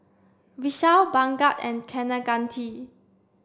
Vishal Bhagat and Kaneganti